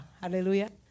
Hallelujah